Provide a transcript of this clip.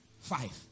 Five